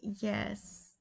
yes